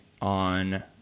on